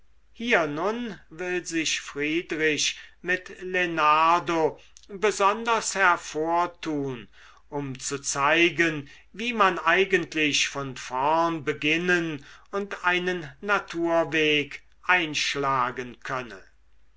hier nun will sich friedrich mit lenardo besonders hervortun um zu zeigen wie man eigentlich von vorn beginnen und einen naturweg einschlagen könne